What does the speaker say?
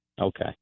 Okay